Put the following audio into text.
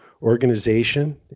organization